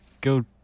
go